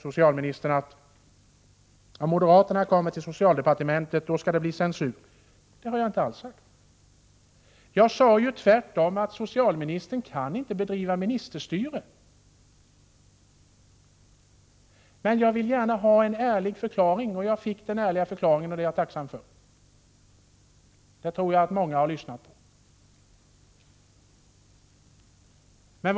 Socialministern sade att om moderaterna kommer till makten och till socialdepartementet blir det censur. Det har jag inte alls sagt. Jag sade tvärtom att socialministern inte kan bedriva ministerstyre. Men jag vill gärna ha en ärlig förklaring, och det fick jag också, och det är jag tacksam för. Den tror jag att många har lyssnat på.